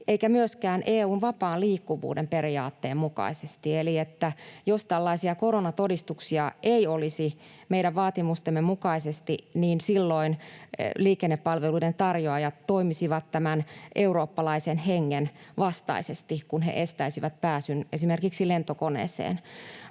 eikä myöskään EU:n vapaan liikkuvuuden periaatteen mukaisesti. Eli jos tällaisia koronatodistuksia ei olisi meidän vaatimustemme mukaisesti, niin silloin liikennepalveluiden tarjoajat toimisivat tämän eurooppalaisen hengen vastaisesti, kun he estäisivät pääsyn esimerkiksi lentokoneeseen.